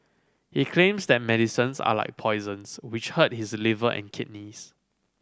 he claims that medicines are like poisons which hurt his liver and kidneys